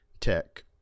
tech